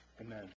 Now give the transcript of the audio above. Amen